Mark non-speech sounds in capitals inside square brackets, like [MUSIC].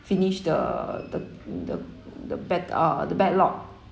finish the [NOISE] the the the back~ uh the backlog